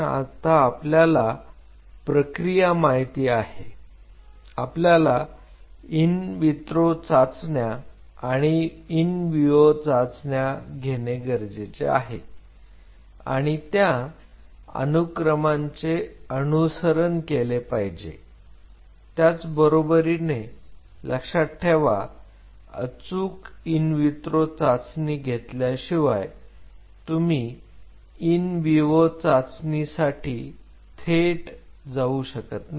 तर आता आपल्याला प्रक्रिया माहिती आहे आपल्याला इन वित्रो चाचण्या आणि इन विवो चाचण्या घेणे गरजेचे आहे आणि त्या अनुक्रमांचे अनुसरण केले पाहिजे त्याचबरोबरीने लक्षात ठेवा अचूक इन वित्रो चाचणी घेतल्याशिवाय तुम्ही इन विवो चाचणी साठी थेट उडी घेऊ शकत नाही